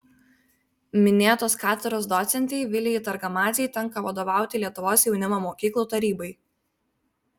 minėtos katedros docentei vilijai targamadzei tenka vadovauti lietuvos jaunimo mokyklų tarybai